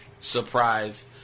surprise